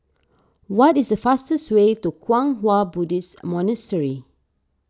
what is the fastest way to Kwang Hua Buddhist Monastery